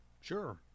Sure